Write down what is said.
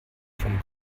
vom